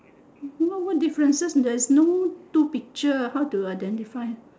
I don't know what differences there's no two pictures how to identify